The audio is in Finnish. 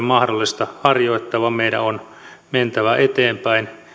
mahdollista harjoittaa vaan meidän on mentävä eteenpäin